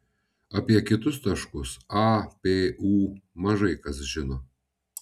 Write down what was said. apie kitus taškus a p u mažai kas žino